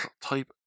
type